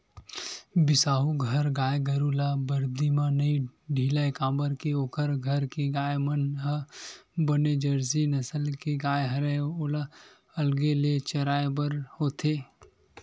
बिसाहू घर गाय गरु ल बरदी म नइ ढिलय काबर के ओखर घर के गाय मन ह बने जरसी नसल के गाय हरय ओला अलगे ले चराय बर होथे